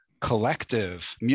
collective